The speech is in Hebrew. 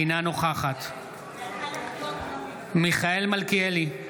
אינה נוכחת מיכאל מלכיאלי,